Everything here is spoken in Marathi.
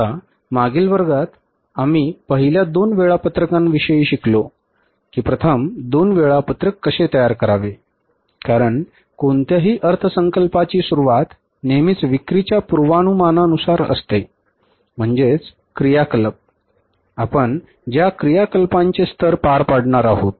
आता मागील वर्गात आम्ही पहिल्या दोन वेळापत्रकांविषयी शिकलो की प्रथम दोन वेळापत्रक कसे तयार करावे कारण कोणत्याही अर्थसंकल्पाची सुरुवात नेहमीच विक्रीच्या पूर्वानुमानानुसार असते म्हणजे क्रियाकलाप आपण ज्या क्रियाकलापांचे स्तर पार पाडणार आहोत